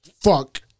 fuck